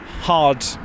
hard